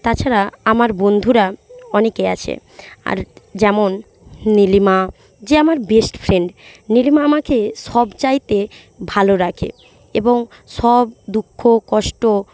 তাছাড়া আমার বন্ধুরা অনেকে আছে আর যেমন নীলিমা যে আমার বেস্ট ফ্রেন্ড নীলিমা আমাকে সবচাইতে ভালো রাখে এবং সব দুঃখ কষ্ট